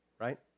right